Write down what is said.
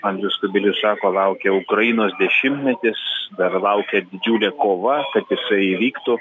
andrius kubilius sako laukia ukrainos dešimtmetis dar laukia didžiulė kova kad jisai įvyktų